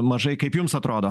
mažai kaip jums atrodo